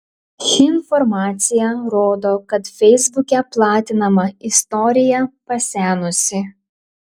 ši informacija rodo kad feisbuke platinama istorija pasenusi